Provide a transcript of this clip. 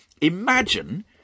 imagine